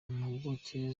impuguke